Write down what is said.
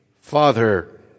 Father